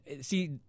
see